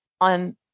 on